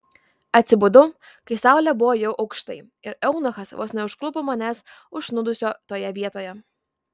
atsibudau kai saulė buvo jau aukštai ir eunuchas vos neužklupo manęs užsnūdusio toje vietoje